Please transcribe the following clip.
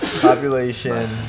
Population